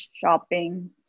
shopping